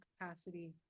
capacity